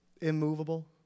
immovable